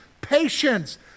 patience